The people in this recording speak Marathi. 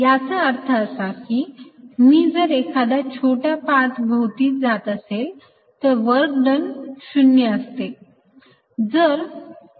याचा अर्थ असा की मी जर एखाद्या छोट्या पाथ भोवती जात असेल तर वर्क डन 0 असते